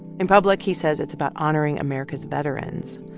in public, he says it's about honoring america's veterans.